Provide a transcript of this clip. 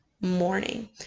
morning